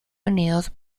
unidos